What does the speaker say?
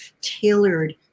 tailored